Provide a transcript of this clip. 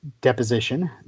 Deposition